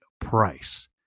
price